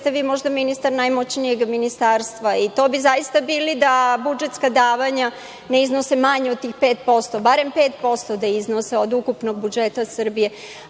ste vi možda ministar najmoćnijeg ministarstva. To bi zaista bili da budžetska davanja ne iznose manje od pet posto, barem da pet posto iznose od ukupnog budžeta Srbije,